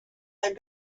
had